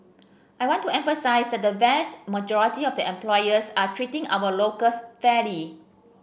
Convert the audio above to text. I want to emphasise that the vast majority of the employers are treating our locals fairly